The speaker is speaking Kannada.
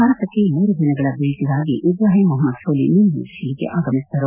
ಭಾರತಕ್ಕೆ ಮೂರು ದಿನಗಳ ಭೇಟಿಗಾಗಿ ಇಬ್ರಾಹಿಂ ಮೊಹಮ್ಮದ್ ಸೋಲಿ ನಿನ್ನೆ ದೆಹಲಿಗೆ ಆಗಮಿಸಿದರು